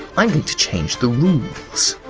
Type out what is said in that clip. i'm going to change the rules,